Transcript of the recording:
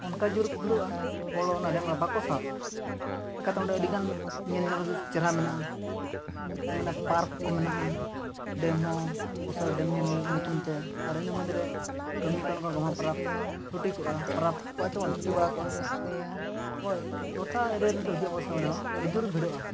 ᱚᱱᱠᱟ ᱡᱳᱨ ᱠᱚ ᱵᱷᱤᱲᱚᱜᱼᱟ ᱦᱚᱲ ᱚᱱᱟ ᱰᱮᱢ ᱨᱮᱢᱟ ᱵᱟᱠᱚ ᱥᱟᱵᱼᱟ ᱪᱤᱠᱟᱹᱛᱮ ᱚᱸᱰᱮ ᱟᱹᱰᱤ ᱜᱟᱱ ᱧᱮᱞ ᱡᱚᱝ ᱞᱟᱹᱜᱤᱫ ᱪᱮᱦᱨᱟ ᱢᱮᱱᱟᱜᱼᱟ ᱢᱟᱱᱮ ᱯᱟᱨᱠ ᱠᱚ ᱢᱮᱱᱟᱜᱼᱟ ᱰᱮᱢ ᱦᱚᱸ ᱵᱚᱪᱷᱚᱨ ᱨᱮ ᱰᱮᱢ ᱧᱮᱞ ᱧᱩᱛᱩᱢ ᱛᱮ ᱟᱨ ᱤᱱᱟᱹ ᱢᱩᱫᱽᱨᱮ ᱠᱟᱹᱢᱤ ᱠᱚ ᱱᱚᱝᱠᱟ ᱜᱚᱢᱦᱟ ᱯᱚᱨᱚᱵᱽ ᱪᱷᱩᱴᱤ ᱠᱚᱜᱼᱟ ᱯᱚᱨᱚᱵᱽ ᱠᱚᱜᱼᱟ ᱥᱮᱵᱚᱱ ᱪᱷᱩᱴᱤ ᱵᱟᱲᱟ ᱠᱚᱜᱼᱟ ᱟᱵᱚ ᱜᱚᱴᱟ ᱮᱨᱤᱭᱟ ᱨᱮᱱᱠᱚ ᱦᱤᱡᱩᱜ ᱚᱵᱚᱥᱥᱚ ᱚᱸᱰᱮ ᱦᱚᱸ ᱟᱹᱰᱤ ᱡᱳᱨ ᱵᱷᱤᱲᱚᱜᱼᱟ